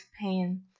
pain